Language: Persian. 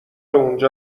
اونجا